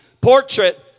portrait